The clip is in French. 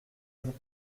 vous